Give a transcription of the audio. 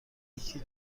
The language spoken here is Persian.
نیکی